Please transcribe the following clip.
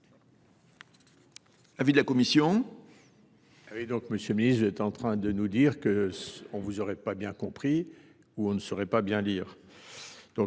l’avis de la commission